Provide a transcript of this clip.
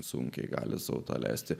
sunkiai gali sau leisti